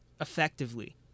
effectively